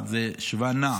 גבוהה, זה שווא נע.